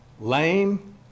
lame